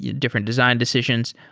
yeah different design decisions.